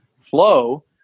flow